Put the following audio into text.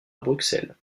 bruxelles